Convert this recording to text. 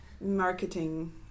marketing